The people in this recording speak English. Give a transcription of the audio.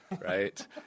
right